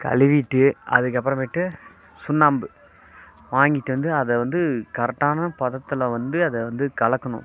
கழுவிட்டு அதுக்கப்புறமேட்டு சுண்ணாம்பு வாங்கிட்டு வந்து அதை வந்து கரெக்டான பதத்தில் வந்து அதை வந்து கலக்கணும்